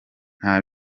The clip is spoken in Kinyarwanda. nta